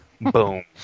Boom